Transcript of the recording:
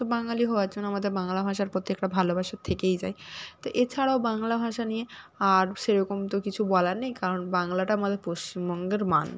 তো বাঙালি হওয়ার জন্য আমাদের বাংলা ভাষার প্রতি একটা ভালোবাসা থেকেই যায় তো এছাড়াও বাংলা ভাষা নিয়ে আর সেরকম তো কিছু বলার নেই কারণ বাংলাটা আমাদের পশ্চিমবঙ্গের মান